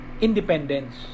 independence